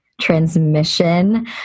transmission